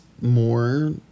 more